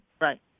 Right